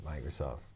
Microsoft